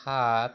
সাত